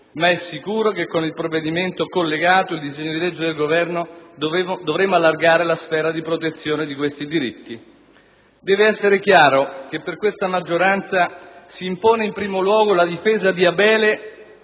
ma è sicuro che con il disegno di legge collegato del Governo dovremo allargare la sfera di protezione di questi diritti. Deve essere chiaro che per questa maggioranza si impone in primo luogo la difesa di Abele